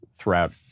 throughout